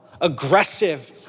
aggressive